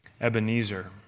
Ebenezer